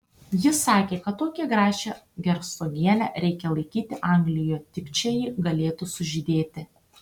jis sakė kad tokią gražią hercogienę reikia laikyti anglijoje tik čia ji galėtų sužydėti